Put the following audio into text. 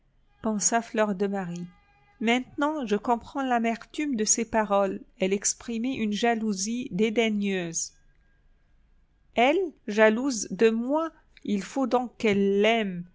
pensa fleur de marie maintenant je comprends l'amertume de ses paroles elles exprimaient une jalousie dédaigneuse elle jalouse de moi il faut donc qu'elle l'aime